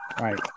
Right